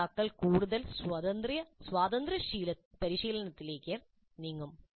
പഠിതാക്കൾ കൂടുതൽ സ്വതന്ത്ര പരിശീലനത്തിലേക്ക് നീങ്ങും